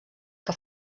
que